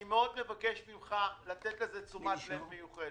אני מאוד מבקש ממך לתת לו תשומת לב מיוחדת.